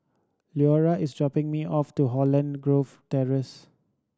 Lurena is dropping me off to Holland Grove Terrace